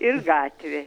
ir gatvė